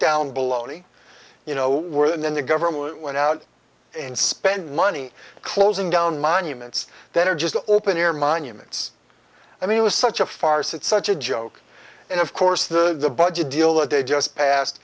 down below you know were and then the government went out and spend money closing down monuments that are just open air monuments i mean it was such a farce it's such a joke and of course the budget deal that they just passed